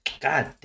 God